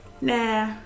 Nah